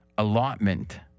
allotment